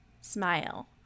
smile